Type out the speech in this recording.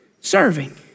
serving